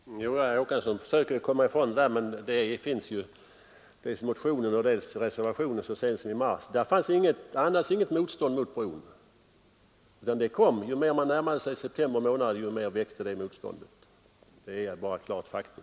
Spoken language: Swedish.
Herr talman! Herr Håkansson försöker komma ifrån det, men det finns dels i motionen, dels i reservationen så sent som i mars inget motstånd mot bron. Motståndet kom ju mer man närmade sig september månad. Det är ett klart faktum.